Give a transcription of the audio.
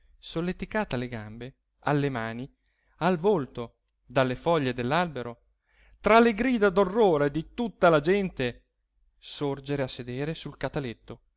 solleticata alle gambe alle mani al volto dalle foglie dell'albero tra le grida d'orrore di tutta la gente sorgere a sedere sul calaletto